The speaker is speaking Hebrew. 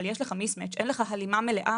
אבל יש לך Mismatch: אין לך הלימה מלאה